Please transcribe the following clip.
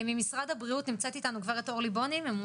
ממשרד הבריאות נמצאת איתנו גב' אורלי בונים?